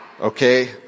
Okay